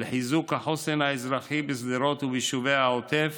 לחיזוק החוסן האזרחי בשדרות וביישובי העוטף